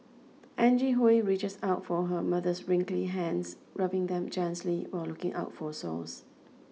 Angie Hui reaches out for her mother's wrinkly hands rubbing them gently while looking out for sores